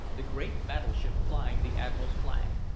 the great battleship flying the admiral's flag,